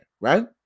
Right